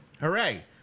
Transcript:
Hooray